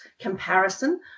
comparison